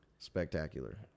Spectacular